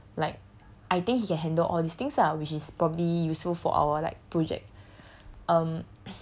in my opinion like I think he can handled all these things lah which is probably useful for our like project